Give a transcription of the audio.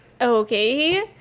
Okay